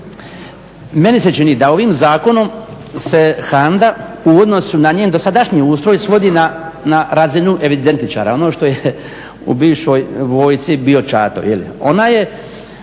Meni se čini da ovim zakonom se HANDA u odnosu na njen dosadašnji ustroj svodi na razinu evidentičara. Ono što je u bivšoj vojsci bio čato.